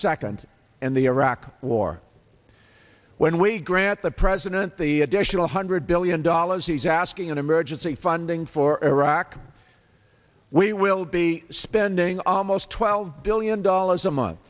second and the iraq war when we grant the president the additional hundred billion dollars he's asking in emergency funding for iraq we will be spending almost twelve billion dollars a month